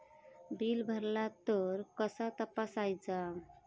Bill भरला तर कसा तपसायचा?